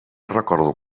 recordo